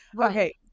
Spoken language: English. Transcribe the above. Okay